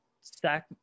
stack